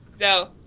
No